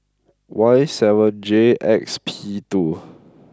Y seven J X P two